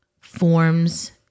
forms